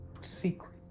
secret